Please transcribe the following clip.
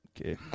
Okay